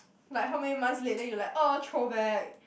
like how many months late then you like oh throwback